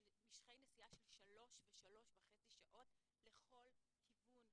משכי נסיעה של שלוש ושלוש וחצי שעות לכל כיוון,